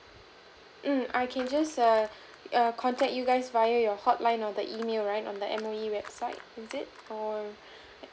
hmm I can just err err contact you guys via your hotline or the email right on the M_O_E website is it or